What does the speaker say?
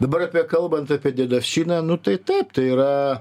dabar apie kalbant apie dedovščiną nu tai taip tai yra